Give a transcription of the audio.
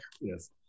Yes